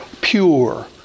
pure